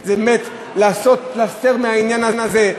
זה באמת לעשות פלסתר את העניין הזה.